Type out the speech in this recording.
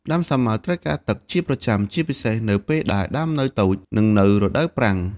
ដើមសាវម៉ាវត្រូវការទឹកជាប្រចាំ ជាពិសេសនៅពេលដែលដើមនៅតូច និងនៅរដូវប្រាំង។